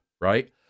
right